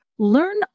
Learn